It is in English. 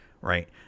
right